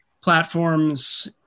platforms